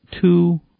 two